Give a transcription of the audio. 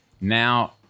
now